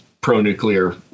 pro-nuclear